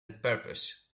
purpose